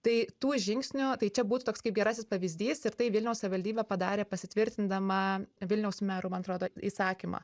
tai tų žingsnių tai čia būtų toks kaip gerasis pavyzdys ir tai vilniaus savivaldybė padarė pasitvirtindama vilniaus mero man atrodo įsakymą